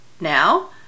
now